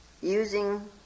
using